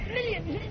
Millions